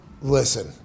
listen